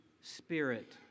Spirit